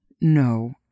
No